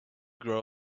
grow